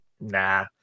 nah